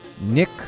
Nick